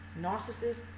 narcissists